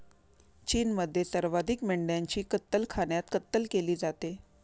चीनमध्ये सर्वाधिक मेंढ्यांची कत्तलखान्यात कत्तल केली जाते